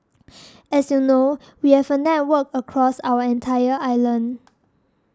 as you know we have a network of across our entire island